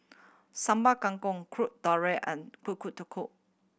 Sambal Kangkong Kuih Dadar and Kuih Kodok